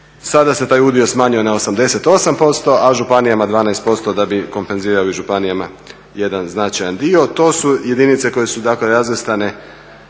sada se taj udio smanjuje na 88%, a županijama 12% da bi kompenzirali županijama jedan značajan dio. To su jedinice koje su dakle razvrstane